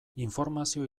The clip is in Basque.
informazio